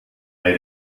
bei